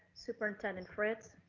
superintendent fritz.